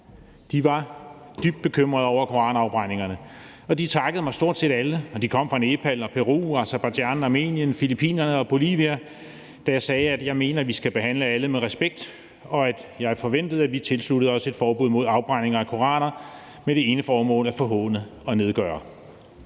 de var dybt bekymrede over koranafbrændingerne, og de takkede mig stort set alle, da jeg sagde, at jeg mener, at vi skal behandle alle med respekt, og at jeg forventede, at vi tilsluttede os et forbud mod afbrændinger af koraner med det ene formål at forhåne og nedgøre.